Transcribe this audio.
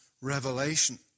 revelation